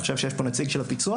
אני חושב שיש פה נציג של הפיצו"ח,